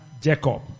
Jacob